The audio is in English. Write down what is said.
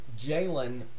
Jalen